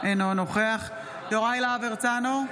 אינו נוכח יוראי להב הרצנו,